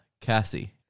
Cassie